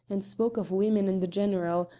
and spoke of women in the general,